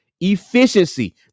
efficiency